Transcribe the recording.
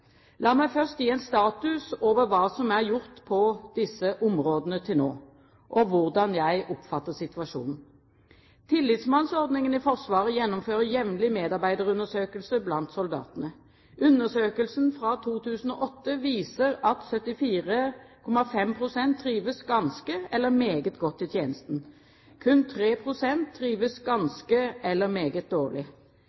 La meg først gi en status over hva som er gjort på disse områdene til nå, og hvordan jeg oppfatter situasjonen. Tillitsmannsordningen i Forsvaret gjennomfører jevnlig medarbeiderundersøkelser blant soldatene. Undersøkelsen fra 2008 viser at 74,5 pst. trives ganske godt eller meget godt i tjenesten. Kun